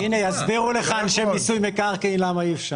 הסבירו לך אנשי מיסוי מקרקעין למה אי אפשר.